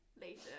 later